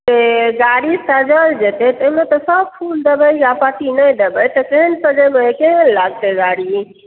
से गाड़ी सजओल जेतै तऽ एहिमे तऽ सब फूल देबै आ पत्ती नहि देबै तऽ केहेन सजेबै केहेन लागतै गाड़ी